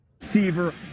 receiver